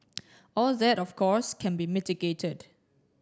all that of course can be mitigated